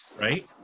right